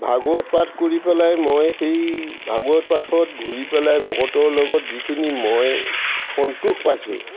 ভাগৱত পাঠ কৰি পেলাই মই সেই ভাগৱত পাঠত ঘূৰি পেলাই ভকতৰ লগত যিখিনি মই সন্তোষ পাইছোঁ